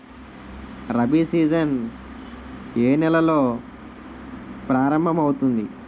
Rabi season ఏ నెలలో ప్రారంభమౌతుంది?